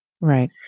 Right